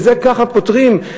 את זה ככה פותרים?